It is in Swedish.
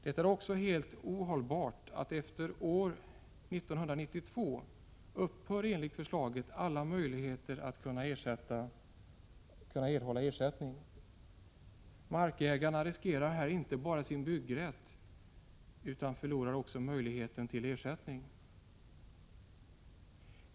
Det är också helt ohållbart att, såsom föreslås, alla möjligheter att erhålla ersättning skall upphöra efter 1992. Markägarna riskerar här inte bara sin byggrätt, utan de förlorar också möjligheten till ersättning.